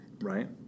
right